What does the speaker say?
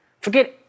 forget